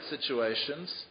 situations